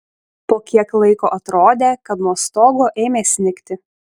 po kiek laiko atrodė kad nuo stogo ėmė snigti